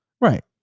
Right